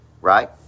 right